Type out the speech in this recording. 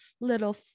little